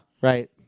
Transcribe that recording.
Right